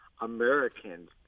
Americans